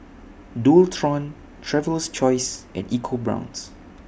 Dualtron Traveler's Choice and EcoBrown's